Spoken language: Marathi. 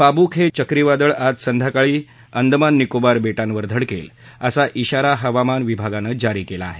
पाबुक हे चक्रीवादळ आज संध्याकाळी अंदमान निकोबार बेटांवर धडकेल असा ध्वारा हवामान विभागानं जारी केला आहे